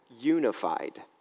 unified